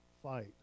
fight